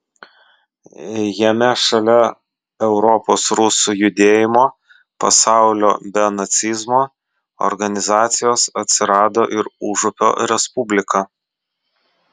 jame šalia europos rusų judėjimo pasaulio be nacizmo organizacijos atsirado ir užupio respublika